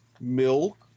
Milk